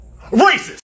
Racist